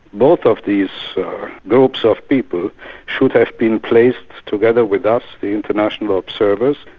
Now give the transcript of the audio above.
both of these groups of people should have been placed together with us, the international observers,